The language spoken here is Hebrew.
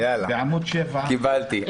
יאללה, קיבלתי.